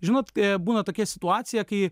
žinot būna tokia situacija kai